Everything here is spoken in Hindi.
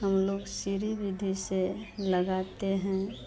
हम लोग सिरि विधि से लगाते हैं